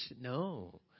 No